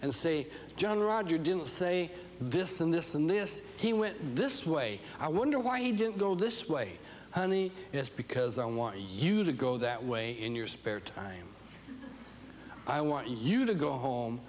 and say john roger didn't say this and this and this he went this way i wonder why you didn't go this way honey it's because i don't want you to go that way in your spare time i want you to go home